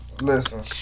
listen